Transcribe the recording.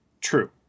True